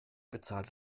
bezahle